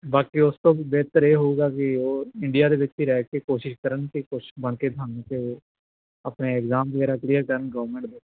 ਬਾਕੀ ਉਸ ਤੋਂ ਬਿਹਤਰ ਇਹ ਹੋਉਗਾ ਕਿ ਉਹ ਇੰਡੀਆ ਦੇ ਵਿੱਚ ਹੀ ਰਹਿ ਕੇ ਕੋਸ਼ਿਸ਼ ਕਰਨ ਅਤੇ ਕੁਝ ਬਣ ਕੇ ਦਿਖਾਣ ਅਤੇ ਆਪਣੇ ਇਗਜ਼ਾਮ ਵਗੈਰਾ ਕਲੀਅਰ ਕਰਨ ਗੌਰਮੈਂਟ ਦੇ